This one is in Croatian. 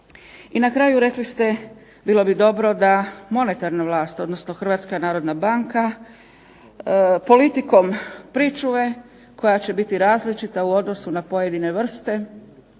I na kraju rekli ste bilo bi dobro da monetarna vlast odnosno Hrvatska narodna banka politikom pričuve koja će biti različita u odnosu na pojedine vrste